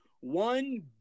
one